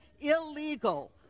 illegal